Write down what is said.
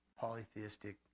polytheistic